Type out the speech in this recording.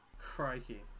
Crikey